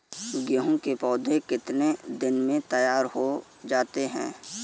गेहूँ के पौधे कितने दिन में तैयार हो जाते हैं?